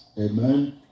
Amen